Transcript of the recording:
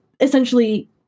essentially